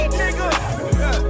nigga